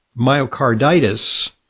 myocarditis